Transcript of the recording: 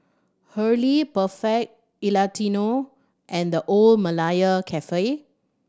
Hurley Perfect Italiano and The Old Malaya Cafe